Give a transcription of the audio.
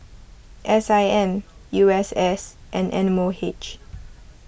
S I M U S S and M O H